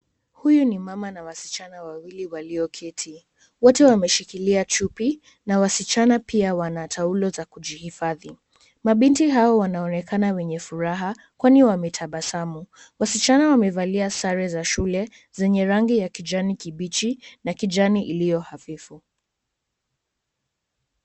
Huyu ni mama na wasichana wawili walioketi. Wote wameshikilia chupi na wasichana pia wana taulo za kujihifadhi. Mabinti hao wanaonekana wenye furaha kwani wametabasamu. Wasichana wamevalia sare za shule zenye rangi ya kijani kibichi na kijani ilio hafifu.